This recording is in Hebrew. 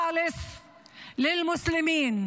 להלן תרגומם:).